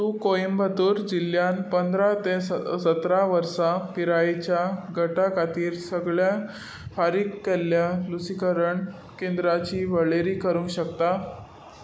तूं कोयंबतूर जिल्ल्यांत पंदरा ते स सतरा वर्सां पिरायेच्या गटा खातीर सगळ्या फारीक केल्ल्या लसीकरण केंद्रांची वळेरी करूंक शकता